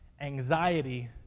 anxiety